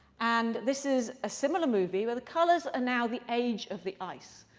and this is a similar movie where the colors are now the age of the ice.